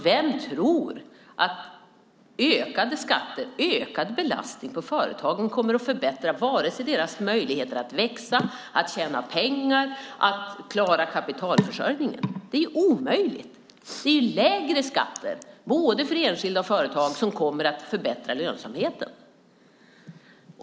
Vem tror att ökade skatter och ökad belastning på företagen kommer att förbättra deras möjligheter att växa, tjäna pengar och klara kapitalförsörjningen? Det är omöjligt! Det är lägre skatter, både för enskilda och för företag, som kommer att förbättra lönsamheten.